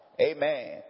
amen